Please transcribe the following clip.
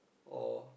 or